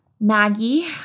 Maggie